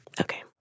Okay